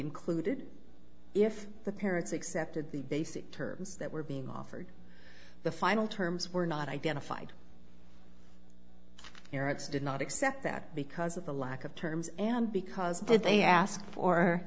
included if the parents accepted the basic terms that were being offered the final terms were not identified parents did not accept that because of the lack of terms and because they asked for